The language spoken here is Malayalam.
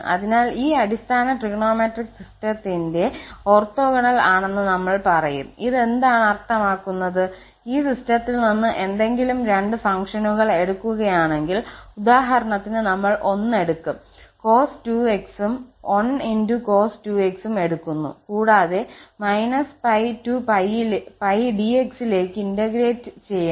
അതിനാൽ ഈ അടിസ്ഥാന ട്രിഗണോമെട്രിക് സിസ്റ്റത്തിന്റെ ഓർത്തോഗണൽ ആണെന്ന് നമ്മൾ പറയും ഇത് എന്താണ് അർത്ഥമാക്കുന്നത് ഈ സിസ്റ്റത്തിൽ നിന്ന് ഏതെങ്കിലും രണ്ട് ഫംഗ്ഷനുകൾ എടുക്കുകയാണെങ്കിൽ ഉദാഹരണത്തിന് നമ്മൾ 1 എടുക്കും cos 2𝑥 ഉം 1 × cos 2𝑥 ഉം എടുക്കുന്നു കൂടാതെ - 𝜋 to 𝜋 𝑑𝑥 ലേക്ക് ഇന്റഗ്രേറ്റ് ചെയ്യണം